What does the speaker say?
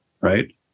right